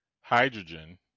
hydrogen